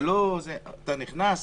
נכנס